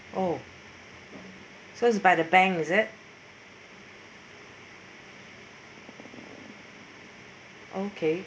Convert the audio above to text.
oh so is by the bank is it okay